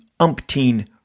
umpteen